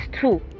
two